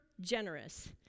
generous